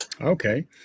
Okay